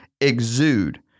exude